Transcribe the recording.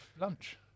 lunch